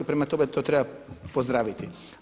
Prema tome, to treba pozdraviti.